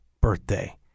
birthday